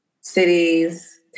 cities